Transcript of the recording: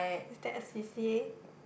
is that a C_C_A